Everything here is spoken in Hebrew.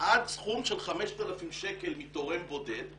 עד סכום של 5,000 שקל מתורם בודד,